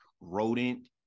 rodent